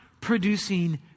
producing